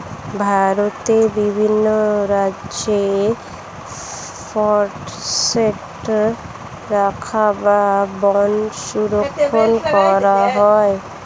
ভারতের বিভিন্ন রাজ্যে ফরেস্ট রক্ষা বা বন সংরক্ষণ করা হয়